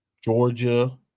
Georgia